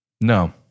No